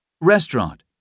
Restaurant